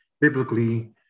biblically